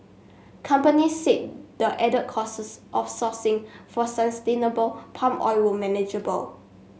companies said the added costs of sourcing for sustainable palm oil were manageable